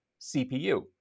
CPU